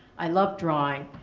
i love drawing.